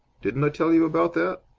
didn't i tell you about that?